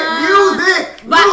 music